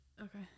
okay